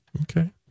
Okay